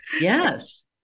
Yes